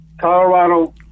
Colorado